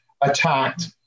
attacked